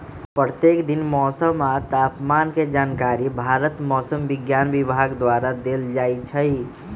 प्रत्येक दिन मौसम आ तापमान के जानकारी भारत मौसम विज्ञान विभाग द्वारा देल जाइ छइ